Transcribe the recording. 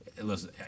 Listen